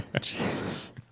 Jesus